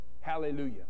Hallelujah